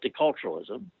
multiculturalism